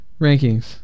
rankings